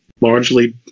largely